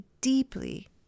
deeply